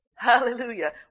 Hallelujah